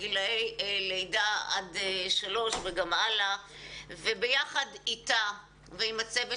לגילי לידה עד שלוש וגם הלאה וביחד אתה ועם הצוות